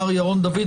מר ירון דוד.